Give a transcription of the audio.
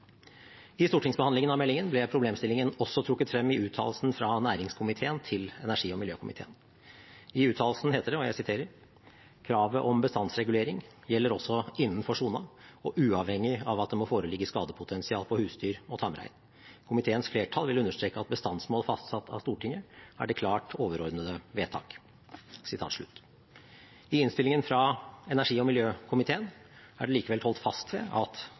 I stortingsbehandlingen av meldingen ble problemstillingen også trukket frem i uttalelsen fra næringskomiteen til energi- og miljøkomiteen. I uttalelsen heter det: «Kravet om bestandsregulering gjelder også innenfor sona og uavhengig av at det må foreligge skadepotensial på husdyr og tamrein. Komiteens flertall vil understreke at bestandsmål fastsatt av Stortinget er det klart overordnede vedtak.» I innstillingen fra energi- og miljøkomiteen er det likevel holdt fast ved at